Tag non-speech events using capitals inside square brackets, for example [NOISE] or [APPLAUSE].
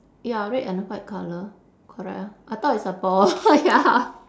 ya red and white colour correct ah I thought it's a ball ya [LAUGHS]